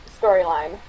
storyline